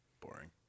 Boring